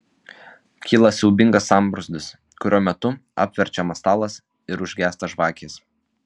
kyla siaubingas sambrūzdis kurio metu apverčiamas stalas ir užgęsta žvakės